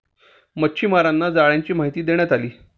मच्छीमारांना जाळ्यांची माहिती देण्यात आली